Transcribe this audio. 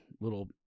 little